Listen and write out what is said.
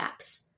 apps